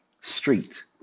street